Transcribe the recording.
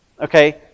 Okay